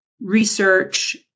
research